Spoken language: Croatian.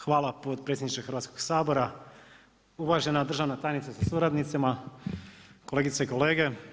Hvala potpredsjedniče Hrvatskoga sabora, uvažena državna tajnice sa suradnicima, kolegice i kolege.